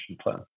Plan